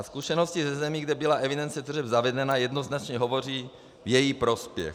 Zkušenosti ze zemí, kde byla evidence tržeb zavedena, jednoznačně hovoří v jejich prospěch.